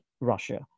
Russia